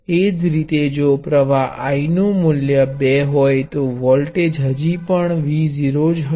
એ જ રીતે જો પ્ર્વાહ I નું મૂલ્ય 2 હોય તો વોલ્ટેજ હજી પણ V0 હશે